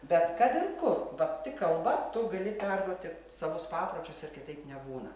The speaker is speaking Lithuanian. bet kad ir kur va tik kalba tu gali perduoti savus papročius ir kitaip nebūna